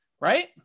right